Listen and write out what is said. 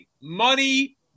Money